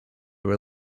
were